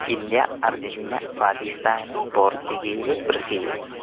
India Argentina Pakistan Portugal Brazil